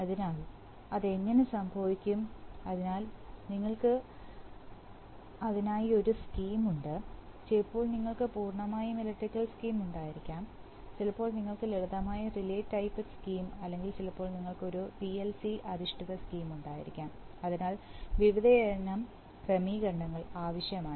അതിനാൽ അത് എങ്ങനെ സംഭവിക്കും അതിനാൽ നിങ്ങൾക്ക് അതിനായി ഒരു സ്കീം ഉണ്ട് ചിലപ്പോൾ നിങ്ങൾക്ക് പൂർണ്ണമായും ഇലക്ട്രിക്കൽ സ്കീം ഉണ്ടായിരിക്കാം ചിലപ്പോൾ നിങ്ങൾക്ക് ലളിതമായ റിലേ ടൈപ്പ് സ്കീം അല്ലെങ്കിൽ ചിലപ്പോൾ നിങ്ങൾക്ക് ഒരു പിഎൽസി അധിഷ്ഠിത സ്കീം ഉണ്ടായിരിക്കാം അതിനാൽ വിവിധയിനം ക്രമീകരണങ്ങൾ ആവശ്യമാണ്